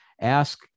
ask